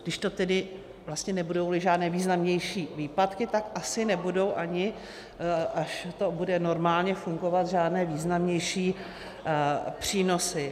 Když nebudou žádné významnější výpadky, tak asi nebudou, ani až to bude normálně fungovat, žádné významnější přínosy.